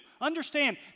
Understand